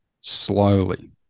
slowly